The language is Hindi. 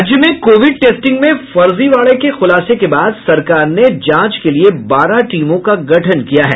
राज्य में कोविड टेस्टिंग में फर्जीवाड़ा के खूलासे के बाद सरकार ने जांच के लिये बारह टीमों का गठन किया है